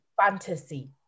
fantasy